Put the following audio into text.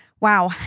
Wow